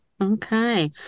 Okay